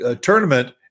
tournament